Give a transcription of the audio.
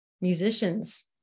musicians